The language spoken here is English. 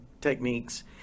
techniques